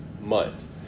month